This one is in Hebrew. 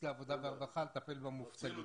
לוועדת העבודה והרווחה לטפל במובטלים.